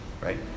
right